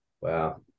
Wow